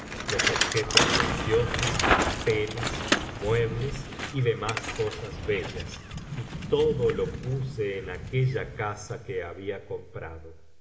los objetos preciosos telas muebles y demás cosas bellas y todo lo puse en aquella casa que había comprado